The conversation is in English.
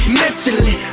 mentally